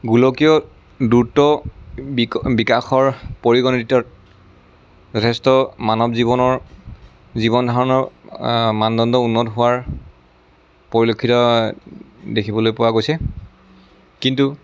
গোলকীয় দ্ৰুত বিক বিকাশৰ পৰিগণিত যথেষ্ট মানৱ জীৱনৰ জীৱন ধাৰণৰ মানদণ্ড উন্নত হোৱাৰ পৰিলক্ষিত দেখিবলৈ পোৱা গৈছে কিন্তু